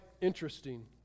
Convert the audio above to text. interesting